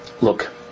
look